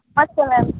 Namaste ma'am